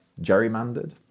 gerrymandered